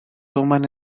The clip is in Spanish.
toman